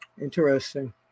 Interesting